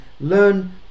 learn